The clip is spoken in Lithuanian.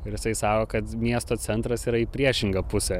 ir jisai sako kad miesto centras yra į priešingą pusę